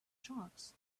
sharks